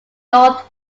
north